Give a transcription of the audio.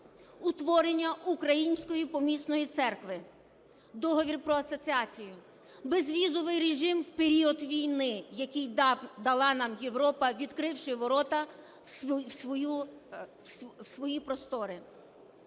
утворення Української помісної церкви, Договір про асоціацію, безвізовий режим в період війни, який дала нам Європа, відкривши ворота в свої простори.